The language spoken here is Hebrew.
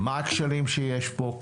מה הכשלים שיש פה?